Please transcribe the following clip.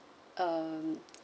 um